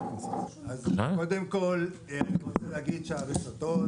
איני יודע כמה זה מסתדר.